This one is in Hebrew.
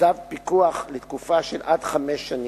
צו פיקוח לתקופה של עד חמש שנים,